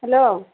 hello